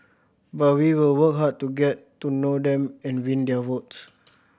but we will work hard to get to know them and win their votes